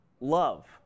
love